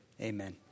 Amen